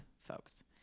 folks